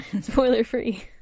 Spoiler-free